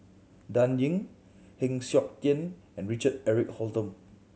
Dan Ying Heng Siok Tian and Richard Eric Holttum